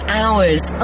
hours